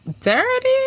Dirty